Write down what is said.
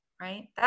right